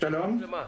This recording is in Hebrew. שלום.